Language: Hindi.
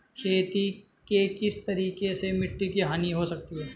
खेती के किस तरीके से मिट्टी की हानि हो सकती है?